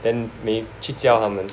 then 没去教他们